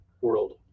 world